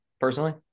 personally